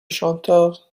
chanteur